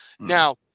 now